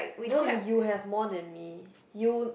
no you have more than me you